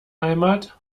heimat